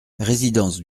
résidence